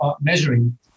measuring